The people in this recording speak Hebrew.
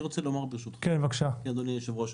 אדוני היושב-ראש,